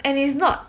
and it's not